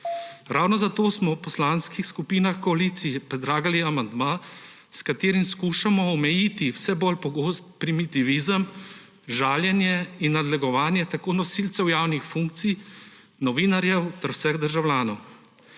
Ravno zato smo v poslanskih skupinah koalicije predlagali amandma, s katerim skušamo omejiti vse bolj pogost primitivizem, žaljenje in nadlegovanje nosilcev javnih funkcij, novinarjev ter vseh državljanov.